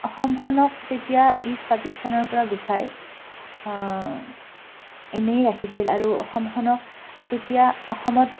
অসমখনক তেতিয়া ইষ্ট পাকিস্তানৰ পৰা গুচাই এনেই ৰাখিছিল আৰু অসমখনক তেতিয়া অসমত